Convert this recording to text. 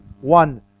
one